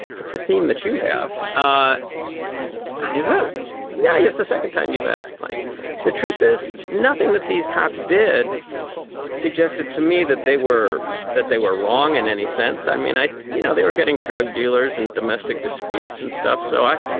it's a theme that you have. ah yeah. yes. the second time you've asked, like the truth, there's nothing that these cops did suggested to me that they were that they were wrong in any sense. i mean, i you know, they were getting drug dealers and domestic disputes and stuff. so i.